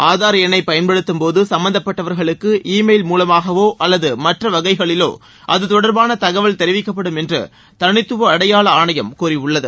ஆதார் எண்ணை பயன்படுத்தும் போது சும்பந்தப்பட்டவர்களுக்கு இ மெயில் மூலமாகவோ அல்லது மற்றவகைகளிலோ அது தொடர்பான தகவல் தெரிவிக்கப்படும் என்று தனித்துவ அடையாள ஆணையம் கூறியுள்ளது